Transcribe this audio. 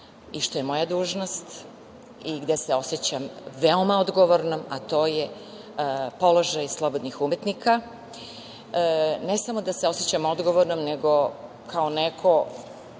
i što mi je dužnost, gde se osećam veoma odgovornom, a to je položaj slobpodnih umetnika. Ne samo da se osećam odgovornom, nego kao neko